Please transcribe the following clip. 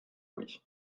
louis